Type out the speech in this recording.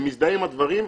מזדהה עם הדברים.